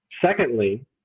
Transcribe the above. Secondly